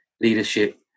leadership